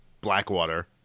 Blackwater